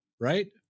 right